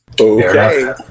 Okay